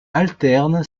alterne